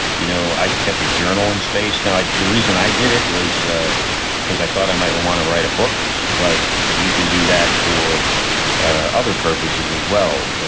you know, i kept a journal in space. now, the reason i did it was ah because i thought i might want to write a book. but you can do that for ah other purposes as well.